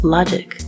Logic